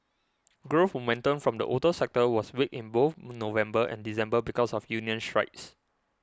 growth momentum from the auto sector was weak in both November and December because of union strikes